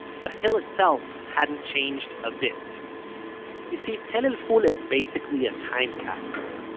the hill itself hadn't changed a bit you see tell el-ful is basically a time capsule.